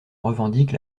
revendique